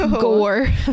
gore